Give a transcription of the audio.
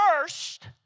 first